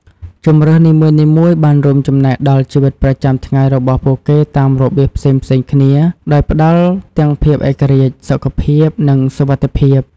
ជម្រើសនីមួយៗបានរួមចំណែកដល់ជីវិតប្រចាំថ្ងៃរបស់ពួកគេតាមរបៀបផ្សេងៗគ្នា ដោយផ្តល់ទាំងភាពឯករាជ្យ សុខភាព និងសុវត្ថិភាព។